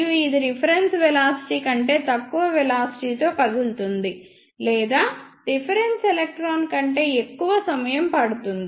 మరియు ఇది reference velocity కంటే తక్కువ వెలాసిటీతో కదులుతుంది లేదా రిఫరెన్స్ ఎలక్ట్రాన్ కంటే ఎక్కువ సమయం పడుతుంది